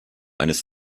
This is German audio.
eines